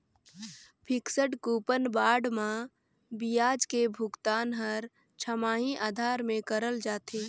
fixed coupon bond मे बियाज के भुगतान हर छमाही आधार में करल जाथे